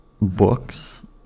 books